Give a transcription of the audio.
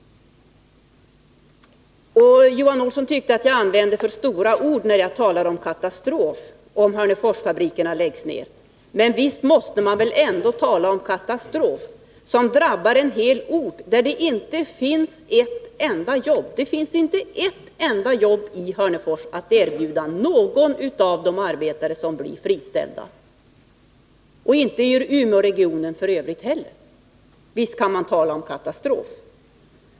Johan Olsson tyckte att jag använde för starka ord när jag talade om katastrof om Hörneforsfabrikerna läggs ner. Men visst måste man väl ändå tala om katastrof, som drabbar en hel ort där det inte finns ett enda jobb; det finns inte ett enda jobb i Hörnefors och inte heller i Umeåregionen i övrigt att erbjuda någon av de arbetare som blir friställda. Visst kan man tala om katastrof.